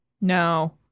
no